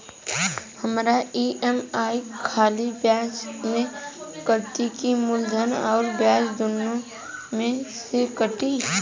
हमार ई.एम.आई खाली ब्याज में कती की मूलधन अउर ब्याज दोनों में से कटी?